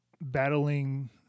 battling